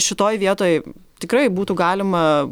šitoj vietoj tikrai būtų galima